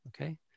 Okay